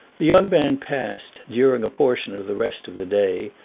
the young man passed, during a portion of the rest of the day,